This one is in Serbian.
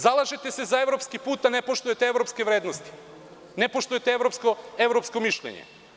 Zalažete se za evropski put, a ne poštujete evropske vrednosti, ne poštujete evropsko mišljenje?